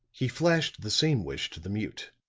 he flashed the same wish to the mute,